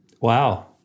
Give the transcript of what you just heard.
Wow